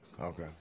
Okay